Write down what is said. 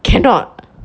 cannot